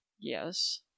Yes